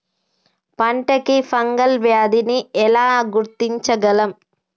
పంట కి ఫంగల్ వ్యాధి ని ఎలా గుర్తించగలం?